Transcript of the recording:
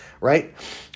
right